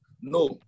no